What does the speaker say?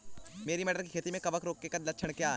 मेरी मटर की खेती में कवक रोग के लक्षण क्या हैं?